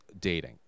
dating